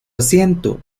asiento